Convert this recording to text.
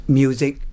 music